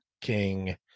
king